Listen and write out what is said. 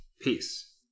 Peace